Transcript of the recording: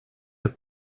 have